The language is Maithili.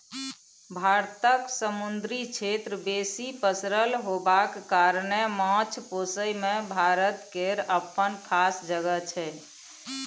भारतक समुन्दरी क्षेत्र बेसी पसरल होबाक कारणेँ माछ पोसइ मे भारत केर अप्पन खास जगह छै